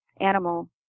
animal